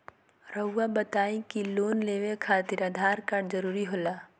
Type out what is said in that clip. रौआ बताई की लोन लेवे खातिर आधार कार्ड जरूरी होला?